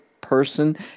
person